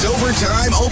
Overtime